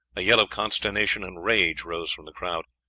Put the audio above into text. a yell of consternation and rage rose from the crowd.